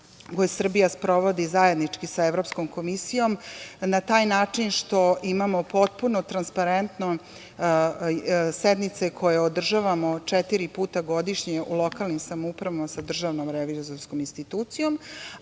koje Srbija sprovodi zajednički sa Evropskom komisijom, na taj način što imamo potpuno transparentno sednice koje održavamo četiri puta godišnje u lokalnim samoupravama sa DRI, ali prvi put